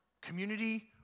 Community